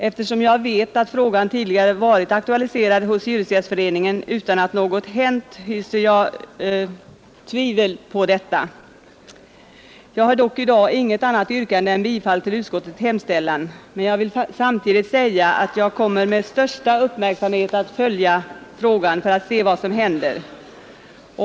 Eftersom jag vet att frågan tidigare varit aktualiserad hos Hyresgästföreningen utan att något hänt hyser jag tvivel om detta. Jag har i dag inget annat yrkande än om bifall till utskottets hemställan, men jag vill samtidigt säga att jag med största uppmärksamhet kommer att följa frågan för att se vad som händer.